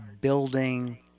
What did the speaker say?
building